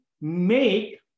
make